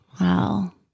Wow